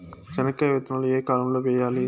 చెనక్కాయ విత్తనాలు ఏ కాలం లో వేయాలి?